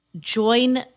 join